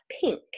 pink